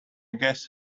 guess